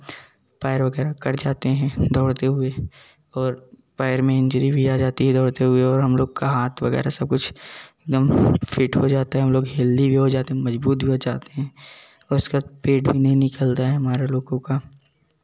पैर वगैरह कट जाते हैं दौड़ते हुए और पैर में इंजरी भी आ जाती है दौड़ते हुए और हम लोग का हाथ वगैरह सब कुछ एक दम फिट हो जाता है हम लोग हेल्दी भी जाते मज़बूत भी हो जाते हैं और उसके बाद पेट भी नहीं निकलता हैं हमारा लोगों का